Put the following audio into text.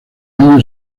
año